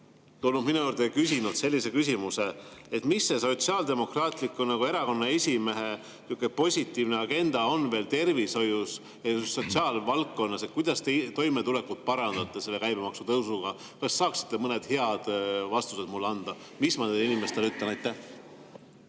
tulnud minu juurde ja küsinud sellise küsimuse, et mis see Sotsiaaldemokraatliku Erakonna esimehe positiivne agenda on tervishoius ja sotsiaalvaldkonnas. Kuidas te toimetulekut parandate selle käibemaksu tõusuga? Kas te saaksite mõned head vastused mulle anda, mis ma neile inimestele ütlen?